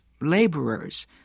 laborers